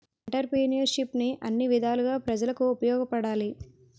ఎంటర్ప్రిన్యూర్షిప్ను అన్ని విధాలుగా ప్రజలకు ఉపయోగపడాలి